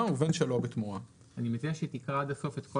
ובין שלא בתמורה,"." אני מציע שתקרא עד הסוף את כל